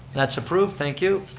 that's approved, thank you.